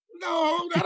No